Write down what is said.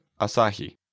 Asahi